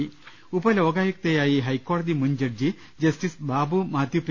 ്്്്്് ഉപ ലോകായുക്തയായി ഹൈക്കോടതി മുൻ judge justice Babu Mathew P